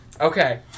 okay